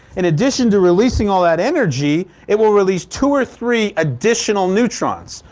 in addition to releasing all that energy, it will release two or three additional neutrons.